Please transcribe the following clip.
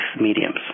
mediums